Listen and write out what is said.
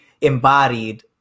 embodied